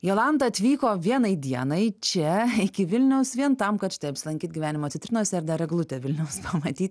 jolanta atvyko vienai dienai čia iki vilniaus vien tam kad štai apsilankyt gyvenimo citrinose ir dar eglutę vilniaus pamatyti